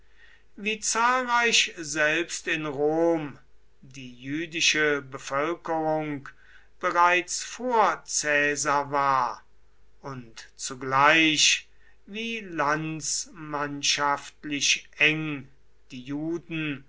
wie zahlreich selbst in rom die jüdische bevölkerung bereits vor caesar war und zugleich wie landsmannschaftlich eng die juden